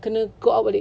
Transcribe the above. kena go out balik